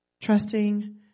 trusting